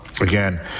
Again